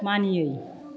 मानियै